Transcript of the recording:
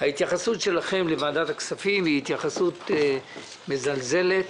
לוועדת הכספים היא התייחסות מזלזלת,